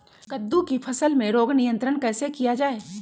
कददु की फसल में रोग नियंत्रण कैसे किया जाए?